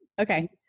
okay